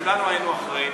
כולנו היינו אחראים,